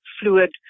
fluid